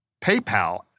PayPal